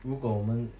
如果我们